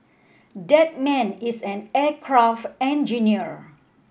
that man is an aircraft engineer